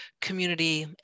community